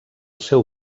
seu